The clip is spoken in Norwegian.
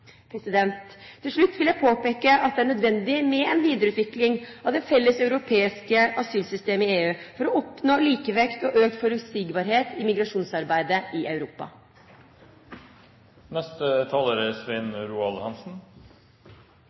Til slutt vil jeg påpeke at det er nødvendig med en videreutvikling av det felles europeiske asylsystemet i EU for å oppnå likevekt og økt forutsigbarhet på migrasjonsområdet i Europa.